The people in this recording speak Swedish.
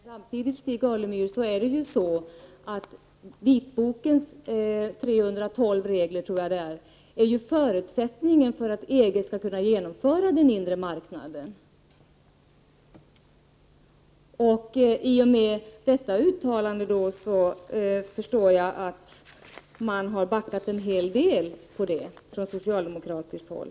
Herr talman! Samtidigt är det så, Stig Alemyr, att vitbokens 312 regler utgör förutsättningen för att EG skall kunna genomföra den inre marknaden. I och med detta uttalande förstår jag att man har backat en hel del på det från socialdemokratiskt håll.